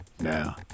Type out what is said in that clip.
Now